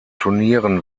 turnieren